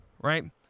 right